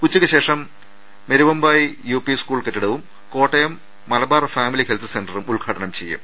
ഉച്ചയ്ക്ക് ശേഷം മെരുവമ്പായി യുപിസ്കൂൾ കെട്ടിടവും കോട്ടയം മലബാർ ഫാമിലി ഹെൽത്ത് സെന്ററും ഉദ്ഘാടനം ചെയ്യും